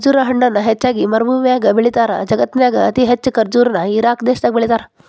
ಖರ್ಜುರ ಹಣ್ಣನ ಹೆಚ್ಚಾಗಿ ಮರಭೂಮ್ಯಾಗ ಬೆಳೇತಾರ, ಜಗತ್ತಿನ್ಯಾಗ ಅತಿ ಹೆಚ್ಚ್ ಖರ್ಜುರ ನ ಇರಾಕ್ ದೇಶದಾಗ ಬೆಳೇತಾರ